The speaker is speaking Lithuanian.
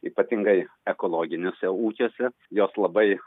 ypatingai ekologiniuose ūkiuose jos labai